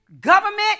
government